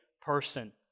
person